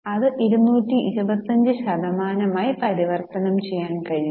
അത് 225 ശതമാനമായി പരിവർത്തനം ചെയ്യാൻ കഴിയും